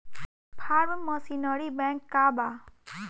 Form machinery bank का बा?